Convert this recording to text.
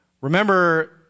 Remember